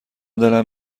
دلم